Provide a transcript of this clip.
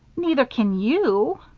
neither can you.